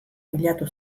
bilatu